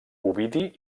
ovidi